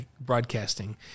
broadcasting